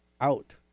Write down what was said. out